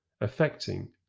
affecting